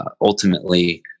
ultimately